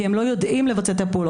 כי הם לא יודעים לבצע את הפעולות,